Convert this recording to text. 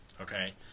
okay